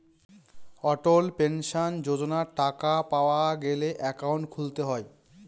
অটল pension যোজনার টাকা পাওয়া গেলে একাউন্ট খুলতে হয়